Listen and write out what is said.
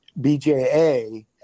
BJA